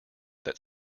that